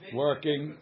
working